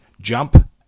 jump